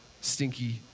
Stinky